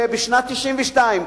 שבשנת 1992,